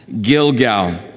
Gilgal